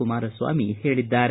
ಕುಮಾರಸ್ವಾಮಿ ಹೇಳಿದ್ದಾರೆ